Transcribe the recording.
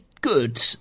good